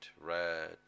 red